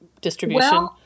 distribution